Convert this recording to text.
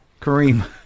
Kareem